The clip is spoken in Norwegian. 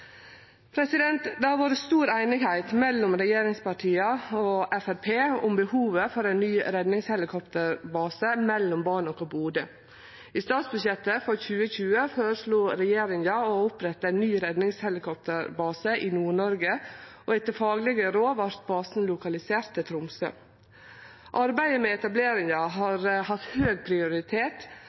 Det har vore stor einigheit mellom regjeringspartia og Framstegspartiet om behovet for ein ny redningshelikopterbase mellom Banak og Bodø. I statsbudsjettet for 2020 føreslo regjeringa å opprette ein ny redningshelikopterbase i Nord-Noreg, og etter faglege råd vart basen lokalisert til Tromsø. Arbeidet med etableringa har hatt høg prioritet,